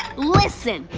listen.